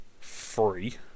Free